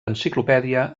enciclopèdia